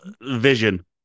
Vision